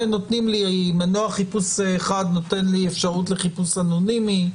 כשמנוע חיפוש אחד נותן לי אפשרות לחיפוש אנונימי.